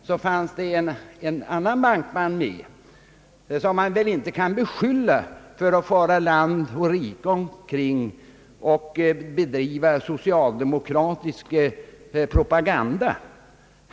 Vid samma tillfälle talade en annan bankman, som man inte kan beskylla för ait fara land och rike kring och bedriva socialdemokratisk propaganda.